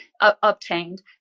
obtained